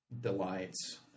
delights